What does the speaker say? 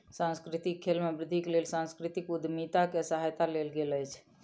सांस्कृतिक खेल में वृद्धिक लेल सांस्कृतिक उद्यमिता के सहायता लेल गेल अछि